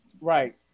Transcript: Right